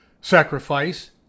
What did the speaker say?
Sacrifice